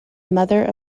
mother